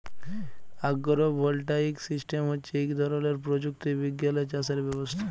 আগ্র voltaic system হচ্যে ইক ধরলের প্রযুক্তি বিজ্ঞালের চাসের ব্যবস্থা